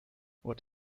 what